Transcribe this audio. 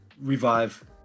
revive